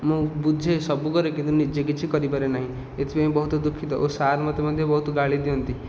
ମୁଁ ବୁଝେ ସବୁ କରେ କିନ୍ତୁ ନିଜେ କିଛି କରିପାରେ ନାହିଁ ଏଥିପାଇଁ ବହୁତ ଦୁଃଖିତ ଓ ସାର୍ ମୋତେ ମଧ୍ୟ ବହୁତ ଗାଳି ଦିଅନ୍ତି